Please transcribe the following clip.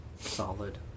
solid